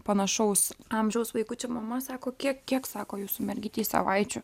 panašaus amžiaus vaikučių mama sako kiek kiek sako jūsų mergytei savaičių